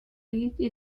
league